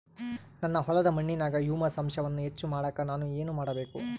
ನನ್ನ ಹೊಲದ ಮಣ್ಣಿನಾಗ ಹ್ಯೂಮಸ್ ಅಂಶವನ್ನ ಹೆಚ್ಚು ಮಾಡಾಕ ನಾನು ಏನು ಮಾಡಬೇಕು?